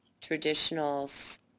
traditionals